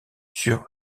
sur